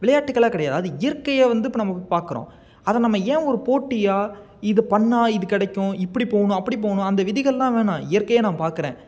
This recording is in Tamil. விளையாட்டுகளாக கிடையாது அது இயற்கையை வந்து இப்போ நம்ம போய் பாக்கிறோம் அதை நம்ம ஏன் ஒரு போட்டியாக இதை பண்ணா இது கிடைக்கும் இப்படி போகணும் அப்படி போகணும் அந்த விதிகள்லாம் வேணாம் இயற்கையை நான் பாக்கிறேன்